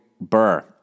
Burr